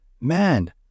Man